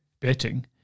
betting